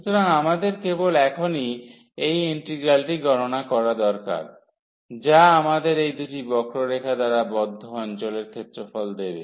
সুতরাং আমাদের কেবল এখনই এই ইন্টিগ্রালটি গণনা করা দরকার যা আমাদের এই দুটি বক্ররেখা দ্বারা বদ্ধ অঞ্চলের ক্ষেত্রফল দেবে